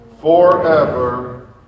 forever